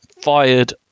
Fired